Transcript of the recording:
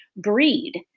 greed